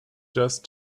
just